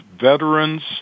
veterans